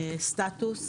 סטטוס.